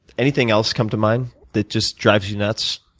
anything else come to mind that just drives you nuts?